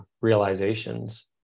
realizations